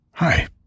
Hi